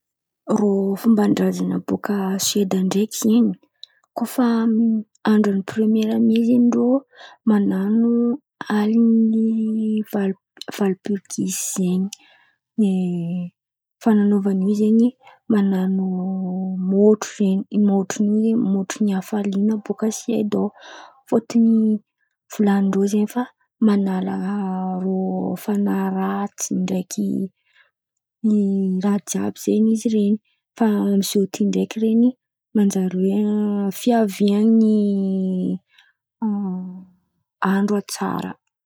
Rô fomban-drazan̈a boka soeda ndraiky zen̈y. Koa fa andra ny premiera may zen̈y rô! Man̈ano alin̈y valo-polo disy zen̈y. Defananovana io zen̈y, mann̈ano môtrô zen̈y. I môtrô io zen̈y môtrô ny afalian̈a boka soeda ao. Fôtony volan̈y ndrô zen̈y fa manala ratsy ndraiky i- raha jiàby izy ren̈y. Fa amziô ty ndraiky iren̈y manjary hoe a- fiaviany andra tsara